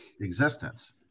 existence